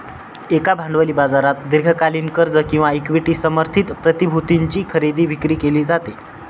एका भांडवली बाजारात दीर्घकालीन कर्ज किंवा इक्विटी समर्थित प्रतिभूतींची खरेदी विक्री केली जाते